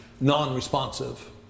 non-responsive